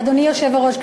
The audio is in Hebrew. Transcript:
אדוני היושב-ראש,